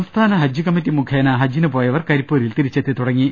സംസ്ഥാന ഹജ്ജ് കമ്മിറ്റി മുഖേന ഹജ്ജിന് പോയവർ കരി പ്പൂരിൽ തിരിച്ചെത്തിത്തുടങ്ങി